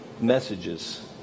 messages